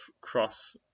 cross